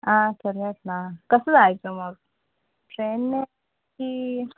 हां ना कसं जायचं मग ट्रेनने की